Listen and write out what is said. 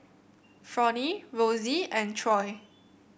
Fronnie Rosey and Troy